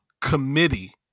committee